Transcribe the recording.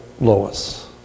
Lois